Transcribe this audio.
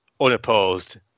unopposed